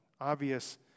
obvious